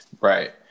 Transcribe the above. Right